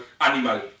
animal